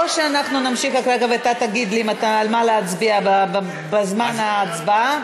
או שאנחנו נמשיך אחר כך ואתה תגיד לי על מה להצביע בזמן ההצבעה,